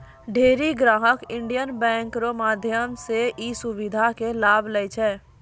ढेरी ग्राहक Indian bank रो माध्यम से ई सुविधा के लाभ लै छै